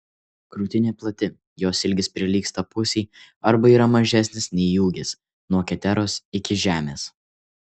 krūtinė plati jos ilgis prilygsta pusei arba yra mažesnis nei ūgis nuo keteros iki žemės